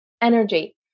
energy